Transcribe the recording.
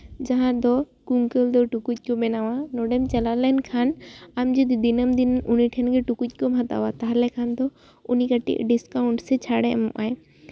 ᱡᱟᱦᱟᱸ ᱫᱚ ᱠᱩᱝᱠᱟᱹᱞ ᱫᱚ ᱴᱩᱠᱩᱡ ᱠᱚ ᱵᱮᱱᱟᱣᱟ ᱱᱚᱰᱮᱢ ᱪᱟᱞᱟᱣ ᱞᱮᱱᱠᱷᱟᱱ ᱟᱢ ᱡᱩᱫᱤ ᱫᱤᱱᱟᱹᱢ ᱫᱤᱱ ᱩᱱᱤ ᱴᱷᱮᱜᱮ ᱴᱩᱠᱩᱡ ᱠᱚᱢ ᱦᱟᱛᱟᱣᱟ ᱛᱟᱦᱚᱞᱮ ᱠᱷᱟᱱ ᱫᱚ ᱩᱱᱤ ᱠᱟᱹᱴᱤᱡ ᱰᱤᱥᱠᱟᱣᱩᱱᱴ ᱥᱮ ᱪᱷᱟᱲᱮ ᱮᱢᱚᱜᱼᱟ